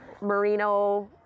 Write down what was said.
Merino